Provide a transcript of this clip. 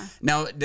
Now